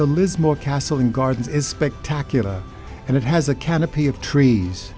the lismore castle in gardens is spectacular and it has a canopy of trees